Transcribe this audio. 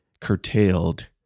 curtailed